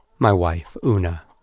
my wife. oona.